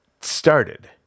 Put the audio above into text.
started